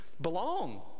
belong